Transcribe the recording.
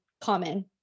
common